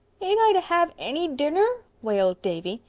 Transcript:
ain't i to have any dinner? wailed davy.